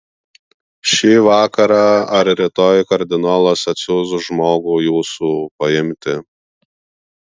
šį vakarą ar rytoj kardinolas atsiųs žmogų jūsų paimti